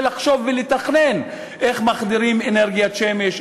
לחשוב ולתכנן איך מחדירים אנרגיית שמש,